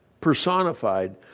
personified